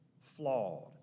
flawed